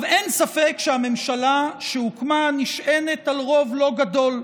אין ספק שהממשלה שהוקמה נשענת על רוב לא גדול,